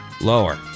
Lower